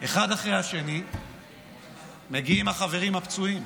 ואחד אחרי השני מגיעים החברים הפצועים